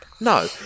No